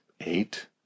eight